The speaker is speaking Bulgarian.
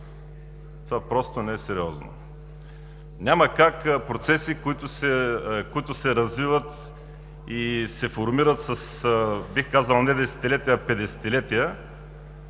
Това просто не е сериозно! Няма как процеси, които се развиват и се формират, бих казал, не с десетилетия, а петдесетилетия,